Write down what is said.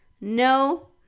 No